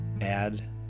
add